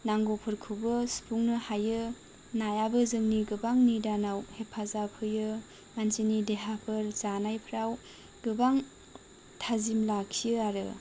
नांगौफोरखौबो सुफुंनो हायो नायाबो जोंनि गोबां निदानाव हेफाजाब होयो मानसिनि देहाफोर जानायफ्राव गोबां थाजिम लाखियो आरो